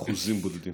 באחוזים בודדים.